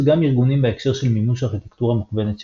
גם ארגונים בהקשר של מימוש ארכיטקטורה מכוונת שירותים.